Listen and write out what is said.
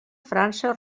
frança